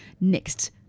next